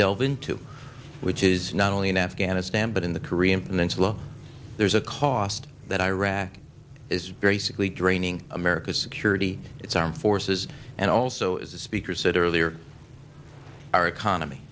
delve into which is not only in afghanistan but in the korean peninsula there's a cost that iraq is very sickly draining america's security its armed forces and also as a speaker said earlier our economy